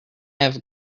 have